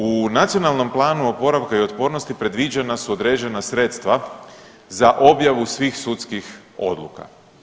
U Nacionalnom planu oporavka i otpornosti predviđena su određena sredstva za objavu svih sudskih odluka.